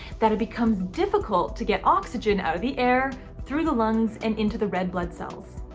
that it becomes difficult to get oxygen out of the air through the lungs and into the red blood cells.